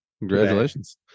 congratulations